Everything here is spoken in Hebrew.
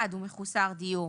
הוא מחוסר דיור,